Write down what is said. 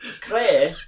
Claire